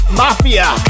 mafia